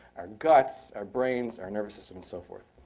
our guts, our brains, our nervous system, and so forth.